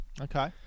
Okay